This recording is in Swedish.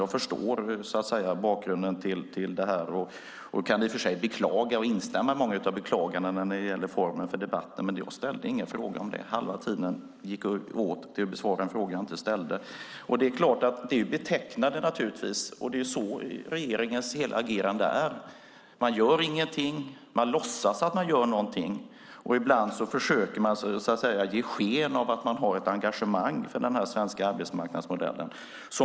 Jag förstår bakgrunden och kan i och för sig instämma i många av beklagandena när det gäller formen för debatten. Men jag ställde ingen fråga om det, fast halva tiden gick åt för att besvara en fråga som jag inte ställde. Det är betecknande. Det är så regeringens hela agerande är. Man gör ingenting. Man låtsas att man gör någonting. Ibland försöker man ge sken av att man har ett engagemang för den svenska arbetsmarknadsmodellen.